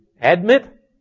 admit